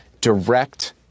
direct